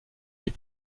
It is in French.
des